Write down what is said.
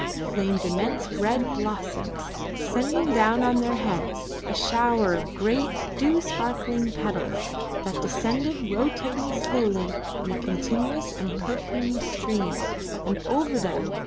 flamed immense red blossoms sending down on their heads a shower of great dew-sparkling petals that descended rotating slowly in a continuous and perfumed stream and over them,